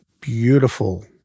beautiful